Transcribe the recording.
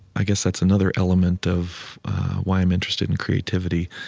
i guess that's another element of why i'm interested in creativity.